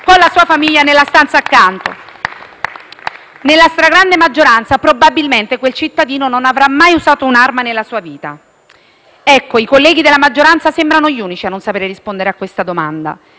con la sua famiglia nella stanza accanto? *(Applausi dal Gruppo PD)*. Nella stragrande maggioranza dei casi, probabilmente, quel cittadino non avrà mai usato un'arma nella sua vita. I colleghi della maggioranza sembrano gli unici a non saper rispondere a questa domanda.